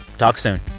talk soon